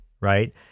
right